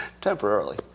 Temporarily